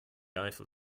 eiffel